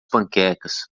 panquecas